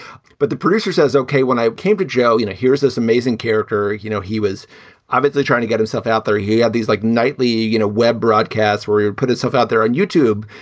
but the producer says, ok, when i came to joe, you know, here's this amazing character. you know, he was obviously trying to get himself out there. he had these like nightly you know web broadcasts where he would put his stuff out there on youtube.